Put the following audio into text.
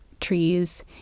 trees